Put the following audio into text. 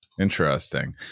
interesting